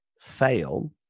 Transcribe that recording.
fail